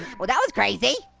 well, that was crazy.